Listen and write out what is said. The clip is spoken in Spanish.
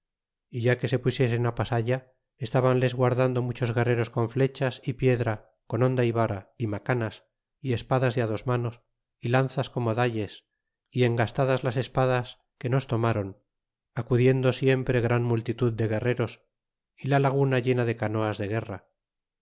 é ya que se pusiesen pasalla estabanles guardando muchos guerreros con flechas y piedra con honda y vara y macanas y espadas de dos manos y lanzas como dalles y engastadas las espadas que nos tomáron acudiendo siempre gran multitud de guerreros y la laguna llena de canoas de gueira